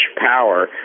power